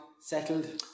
settled